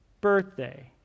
birthday